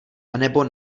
anebo